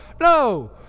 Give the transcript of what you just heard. No